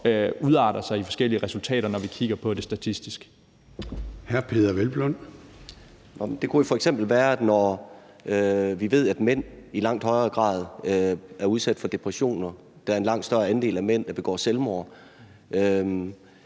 udarter sig i forskellige resultater, når vi kigger statistisk